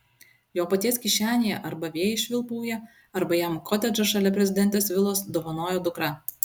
jo paties kišenėje arba vėjai švilpauja arba jam kotedžą šalia prezidentės vilos dovanojo dukra